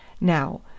Now